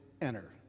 enter